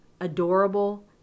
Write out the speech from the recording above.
adorable